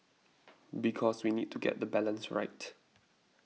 because we need to get the balance right